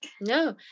No